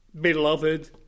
beloved